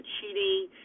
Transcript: cheating